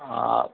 आप